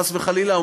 חס וחלילה,